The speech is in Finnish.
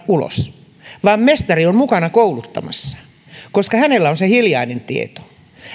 ulos vaan mestari on mukana kouluttamassa koska hänellä on se hiljainen tieto